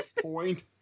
point